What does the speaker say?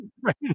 right